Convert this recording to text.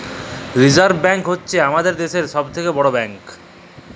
reserve bank হ্য়চ্ছ হামাদের দ্যাশের সব থেক্যে বড় ব্যাঙ্ক